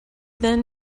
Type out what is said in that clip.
then